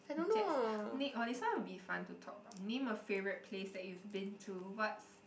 jets nic oh this one will be fun to talk name a favourite place that you been to what's